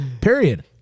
period